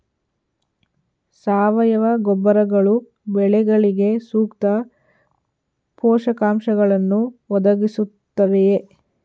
ಸಾವಯವ ಗೊಬ್ಬರಗಳು ಬೆಳೆಗಳಿಗೆ ಸೂಕ್ತ ಪೋಷಕಾಂಶಗಳನ್ನು ಒದಗಿಸುತ್ತವೆಯೇ?